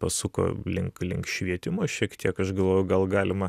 pasuko link link švietimo šiek tiek aš galvoju gal galima